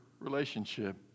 relationship